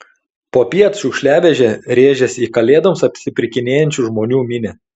popiet šiukšliavežė rėžėsi į kalėdoms apsipirkinėjančių žmonių minią